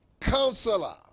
Counselor